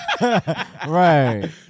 Right